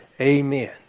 Amen